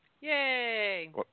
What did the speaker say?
Yay